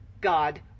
God